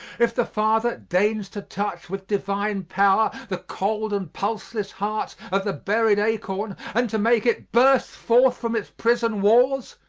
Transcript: if the father deigns to touch with divine power the cold and pulseless heart of the buried acorn and to make it burst forth from its prison walls,